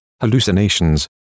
hallucinations